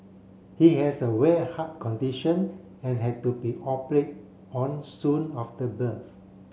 he has a rare heart condition and had to be operate on soon after birth